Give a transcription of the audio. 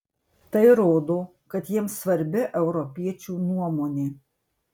tai rodo kad jiems svarbi europiečių nuomonė